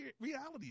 reality